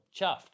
chuffed